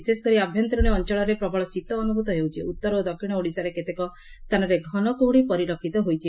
ବିଶେଷକରି ଆଭ୍ୟନ୍ତରୀଣ ଅଞଳରେ ପ୍ରବଳ ଶୀତ ଅନୁଭ୍ତ ହେଉଛି ଉତ୍ତର ଓ ଦକ୍ଷିଣ ଓଡିଶାରେ କେତେକ ସ୍ଥାନରେ ଘନ କୁହୁଡି ପରିଲକ୍ଷିତ ହୋଇଛି